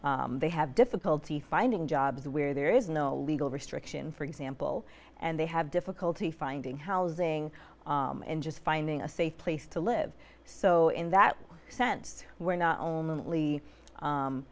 licenses they have difficulty finding jobs where there is no legal restriction for example and they have difficulty finding housing and just finding a safe place to live so in that sense we're not only